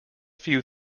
few